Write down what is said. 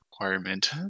requirement